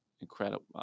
incredible